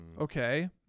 Okay